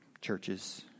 Churches